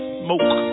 smoke